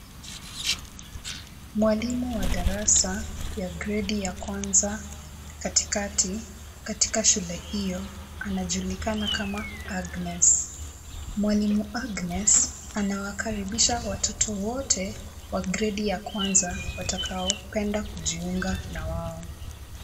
Mwalimu wa darasa ya gredi ya kwanza katika shule hiyo anajulikana kama Agnes. Mwalimu Agnes anawakaribisha watoto wote wa gredi ya kwanza watakaopenda kujiunga na wao.